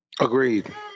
agreed